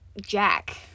Jack